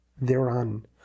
thereon